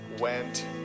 went